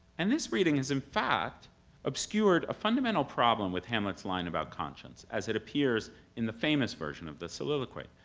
and this reading has in fact obscured a fundamental problem with hamlet's line about conscience as it appears in the famous version of the soliloquy.